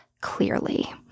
clearly